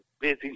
busy